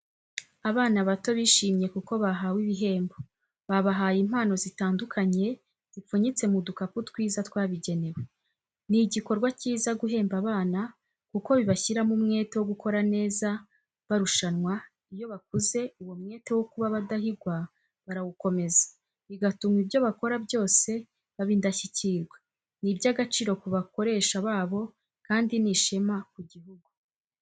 Abana bato bishimye kuko bahawe ibihembo, babahaye impano zitandukanye zipfunyitse mu du kapu twiza twabigenewe. Ni igikorwa kiza guhemba abana kuko bibashyiramo umwete wo gukora neza barushamwa iyo bakuze uwo mwete wo kuba abadahigwa barawukomeza bigatuma ibyo bakora byose baba indashyikirwa. Ni iby'agaciro ku bakoresha babo kandi ni n'ishema ku gihugu.